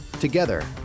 Together